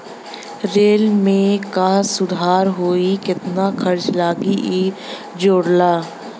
rail में का सुधार होई केतना खर्चा लगी इ जोड़ला